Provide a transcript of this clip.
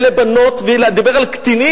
אלה בנות, אני מדבר על קטינים.